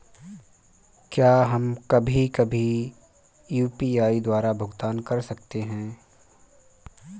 क्या हम कभी कभी भी यू.पी.आई द्वारा भुगतान कर सकते हैं?